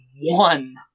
one